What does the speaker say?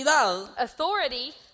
authority